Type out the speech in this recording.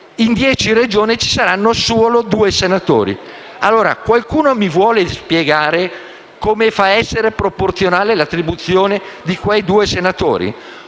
in dieci Regioni ci saranno solo due senatori. Qualcuno mi vuole spiegare come fa a essere proporzionale l'attribuzione di quei due seggi